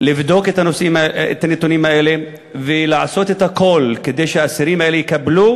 לבדוק את הנתונים האלה ולעשות הכול כדי שהאסירים האלה יקבלו